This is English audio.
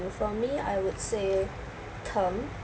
for me I would say term